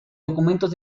documentos